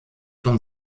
von